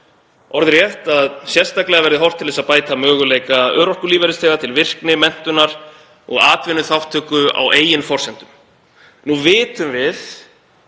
kemur fram að sérstaklega verði horft til þess að bæta möguleika örorkulífeyrisþega til virkni, menntunar og atvinnuþátttöku á eigin forsendum. Í